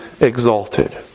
exalted